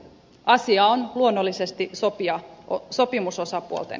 asia on luonnollisesti sopimusosapuolten käsissä